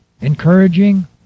Encouraging